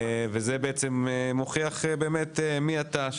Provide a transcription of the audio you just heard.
זה מוכיח מי אתה,